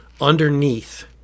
underneath